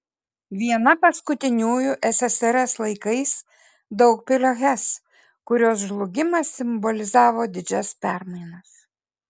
viena paskutiniųjų ssrs laikais daugpilio hes kurios žlugimas simbolizavo didžias permainas